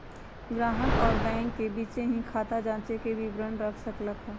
ग्राहक अउर बैंक के बीचे ही खाता जांचे के विवरण रख सक ल ह